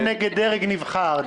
לא נגד דרג נבחר.